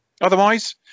Otherwise